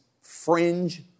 fringe